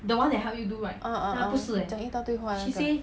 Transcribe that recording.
uh uh uh 讲一大堆话那个 ah